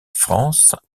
france